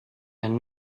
had